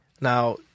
Now